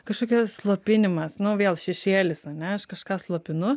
kažkokia slopinimas nu vėl šešėlis ane aš kažką slopinu